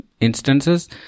instances